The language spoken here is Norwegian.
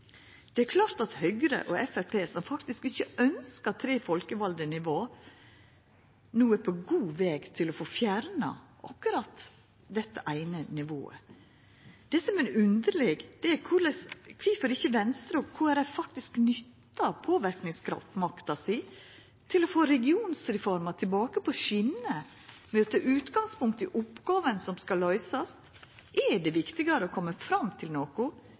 Det er klart at Høgre og Framstegspartiet, som faktisk ikkje ønskte tre folkevalde nivå, no er på god veg til å få fjerna akkurat dette eine nivået. Det som er underleg, er kvifor ikkje Venstre og Kristeleg Folkeparti faktisk nytta påverknadsmakta si til å få regionsreforma tilbake på skinner ved å ta utgangspunkt i oppgåvene som skal løysast. Er det viktigare å koma fram til noko